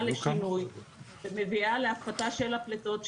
לשינוי ומביאה להפחתה של הפליטות,